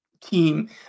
team